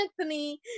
Anthony